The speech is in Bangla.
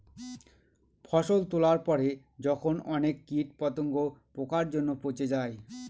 ফসল তোলার পরে যখন অনেক কীট পতঙ্গ, পোকার জন্য পচে যায়